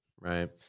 right